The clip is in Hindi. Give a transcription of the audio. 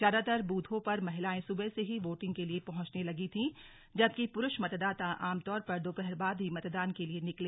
ज्यादातर बूथों पर महिलाएं सुबह से ही वोटिंग के लिए पहुंचने लगी थीं जबकि पुरूष मतदाता आमतौर पर दोपहर बाद ही मतदान के लिए निकले